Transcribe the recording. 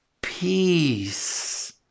peace